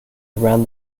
around